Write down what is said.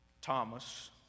Thomas